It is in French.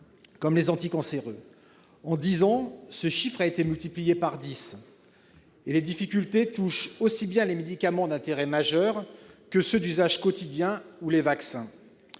comme les anticancéreux. En dix ans, ce chiffre a été multiplié par dix. Les difficultés touchent aussi bien les médicaments d'intérêt majeur que ceux d'usage quotidien ou les vaccins.